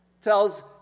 Tells